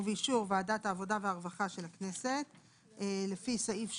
ובאישור ועדת העבודה והרווחה של הכנסת לפי סעיף 2(ב)